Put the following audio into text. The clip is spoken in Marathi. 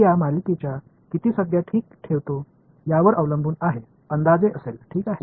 मी या मालिकेच्या किती संज्ञा ठीक ठेवतो यावर अवलंबून हे अंदाजे असेल ठीक आहे